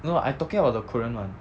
no no I talking about the korean [one]